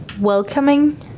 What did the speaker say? welcoming